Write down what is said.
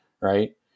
right